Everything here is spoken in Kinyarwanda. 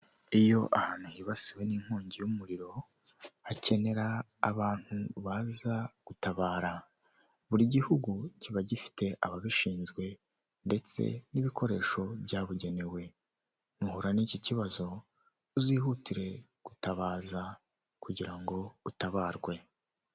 Iyo ahantu hibasiwe n'inkongi y'umuriro, hakenera abantu baza gutabara. Buri gihugu kiba gifite ababishinzwe, ndetse n'ibikoresho byabugenewe. Nuhura n'iki kibazo, uzihutire gutabaza, kugira ngo utabarwe.